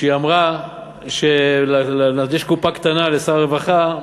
היא אמרה שיש קופה קטנה לשר הרווחה,